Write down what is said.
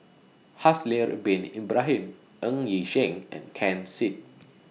Haslir Bin Ibrahim Ng Yi Sheng and Ken Seet